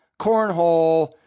cornhole